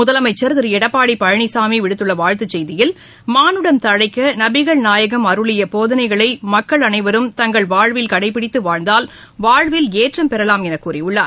முதலமைச்சர் திரு எடப்பாடி பழனிளமி விடுத்துள்ள வாழ்த்து செய்தியில் மானுடம் தழைக்க நபிகள் நாயகம் அருளிய போதனைகளை மக்கள் அனைவரும் தங்கள் வாழ்வில் கடைபிடித்து வாழ்ந்தால் வாழ்வில் ஏற்றம் பெறலாம் என கூறியுள்ளார்